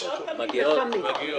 מגיעות.